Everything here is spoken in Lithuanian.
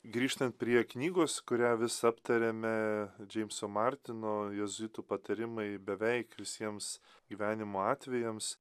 grįžtan prie knygos kurią vis aptariame džeimso martino jėzuitų patarimai beveik visiems gyvenimo atvejams